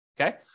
Okay